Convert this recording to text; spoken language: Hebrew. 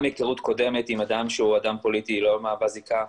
גם היכרות קודמת עם אדם שהוא אדם פוליטי לא מהווה זיקה.